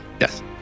Yes